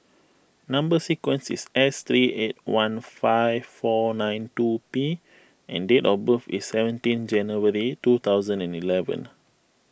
Number Sequence is S three eight one five four nine two P and date of birth is seventeen January two thousand and eleven